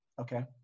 okay